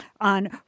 on